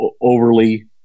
overly